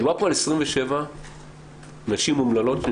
מדובר פה על 27 נשים אומללות.